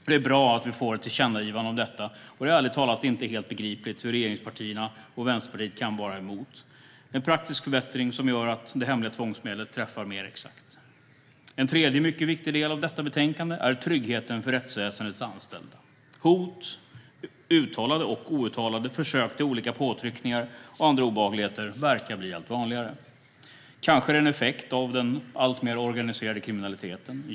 Det är bra att vi får ett tillkännagivande om detta, och det är ärligt talat inte helt begripligt hur regeringspartierna och Vänsterpartiet kan vara emot en praktisk förbättring som gör att det hemliga tvångsmedlet träffar mer exakt. En tredje mycket viktig del av detta betänkande är tryggheten för rättsväsendets anställda. Hot, uttalade och outtalade, försök till olika påtryckningar och andra obehagligheter verkar bli allt vanligare. Kanske är det en effekt av den alltmer organiserade kriminaliteten.